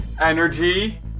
energy